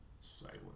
Silent